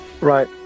Right